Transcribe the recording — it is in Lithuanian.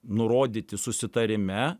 nurodyti susitarime